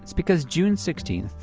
because june sixteen,